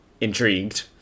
intrigued